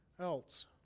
else